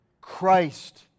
Christ